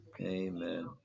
Amen